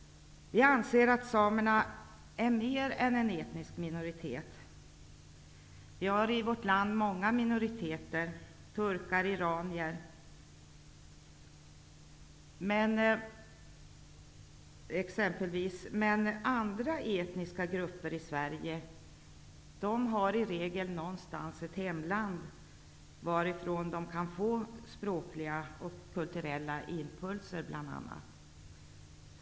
Vi anser att samerna är mer än en etnisk minoritet. Vi har många minoriteter i vårt land, t.ex. turkar och iranier. Men andra etniska grupper i Sverige har i regel ett hemland någonstans, varifrån de kan få språkliga och kulturella impulser.